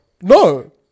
No